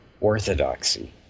orthodoxy